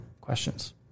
questions